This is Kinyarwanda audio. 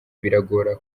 biragora